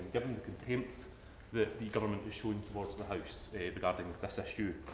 given the contempt the the government has shown towards the house regarding this issue,